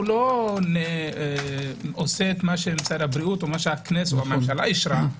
לא עושה מה שמשרד הבריאות או הכנסת או הממשלה אישרה.